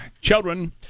Children